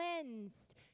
cleansed